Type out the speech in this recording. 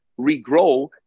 regrow